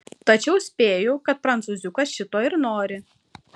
tačiau spėju kad prancūziukas šito ir nori